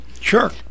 sure